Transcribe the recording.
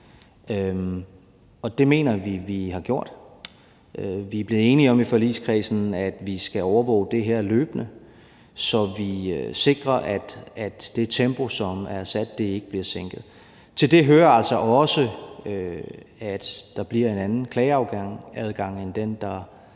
Og det mener vi at vi har gjort. Vi er blevet enige om i forligskredsen, at vi skal overvåge det her løbende, så vi sikrer, at det tempo, som er sat, ikke bliver sænket. Til det hører altså også, at der bliver en anden klageadgang end den, der